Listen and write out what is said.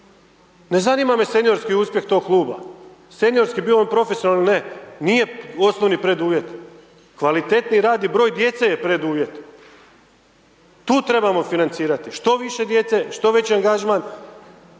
ne zanima me seniorski uspjeh tog kluba, seniorski bio on profesionalan ili ne, nije osnovni preduvjet. Kvalitetniji rad i broj djece je preduvjet. Tu trebamo financirati, što više djece, što veći angažman,